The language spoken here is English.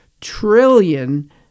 trillion